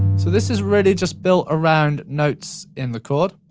so, this is really just built around notes in the chord.